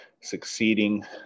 succeeding